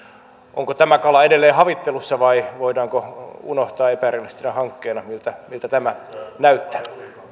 onko tämä kala edelleen havittelussa vai voidaanko se unohtaa epärealistisena hankkeena miltä miltä tämä näyttää